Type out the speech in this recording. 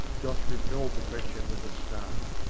josh repelled the question with a snarl.